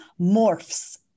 morphs